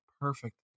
perfect